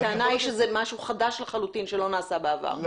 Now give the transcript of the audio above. הטענה היא שזה משהו חדש לחלוטין שלא נעשה בעבר.